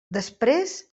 després